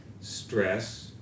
stress